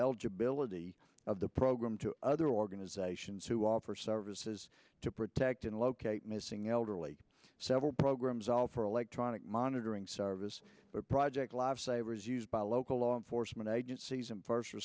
eligibility of the program to other organizations who offer services to protect and locate missing elderly several programs all for electronic monitoring service project lifesaver is used by local law enforcement agencies